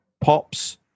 Pops